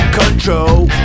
control